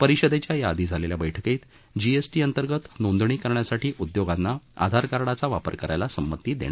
परिषदेच्या या आधी झालेल्या बैठकीत जीएसटी अंतर्गत नोंदणी करण्यासाठी उद्योगांना आधार कार्डाचा वापर करायला संमती देण्यात आली होती